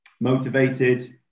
motivated